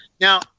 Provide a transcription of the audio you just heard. Now